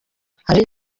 hafi